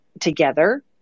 together